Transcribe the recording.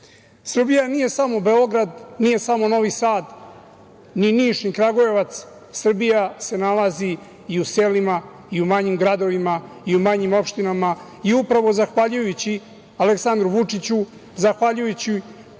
nije samo Beograd, nije samo Novi Sad, ni Niš, Kragujevac. Srbija se nalazi i u selima i u manjim gradovima i u manjim opštinama. Upravo zahvaljujući Aleksandru Vučiću, zahvaljujući